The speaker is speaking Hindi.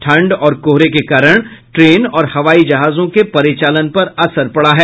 ठंड और कोहरे के कारण ट्रेन और हवाई जहाजों के परिचालन पर असर पड़ा है